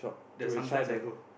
there's sometimes I go